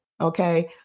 okay